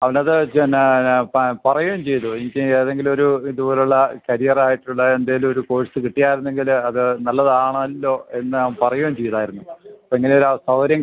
അവനത് എന്നാ ഞാ പറയുകയും ചെയ്തു എനിക്ക് ഏതെങ്കിലും ഒരു ഇതുപോലുള്ള കരിയറായിട്ടുള്ള ഏതെങ്കിലും ഒരു കോഴ്സ് കിട്ടിയായിരുന്നെങ്കിൽ അത് നല്ലതാണല്ലോ എന്ന് പറയുകയും ചെയ്തായിരുന്നു ഇങ്ങനെ ഒരു സൗകര്യം